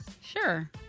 Sure